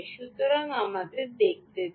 সুতরাং আমাদের দেখতে দিন